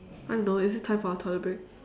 I don't know is it time for our toilet break